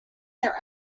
their